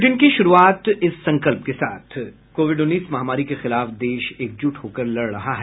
bulletin की शुरूआत से पहले ये संकल्प कोविड उन्नीस महामारी के खिलाफ देश एकजुट होकर लड़ रहा है